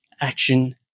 action